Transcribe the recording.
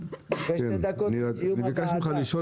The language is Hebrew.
אחרי שתי דקות מסיום הוועדה.